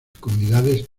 comunidades